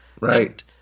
Right